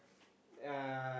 uh